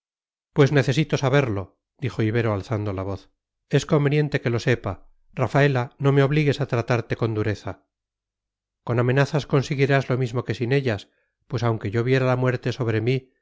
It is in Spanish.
pues necesito saberlo dijo ibero alzando la voz es conveniente que lo sepa rafaela no me obligues a tratarte con dureza con amenazas conseguirás lo mismo que sin ellas pues aunque yo viera la muerte sobre mí